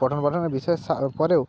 পঠনপাঠনের বিষয় সা পরেও